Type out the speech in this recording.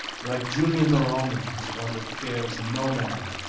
like julian the roman, he's one that fears no man.